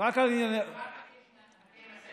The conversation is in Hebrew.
אחר כך תתייחס לנהגי המשאיות?